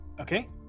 Okay